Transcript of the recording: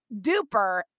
duper